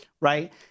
Right